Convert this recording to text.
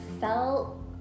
felt